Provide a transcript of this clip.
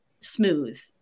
smooth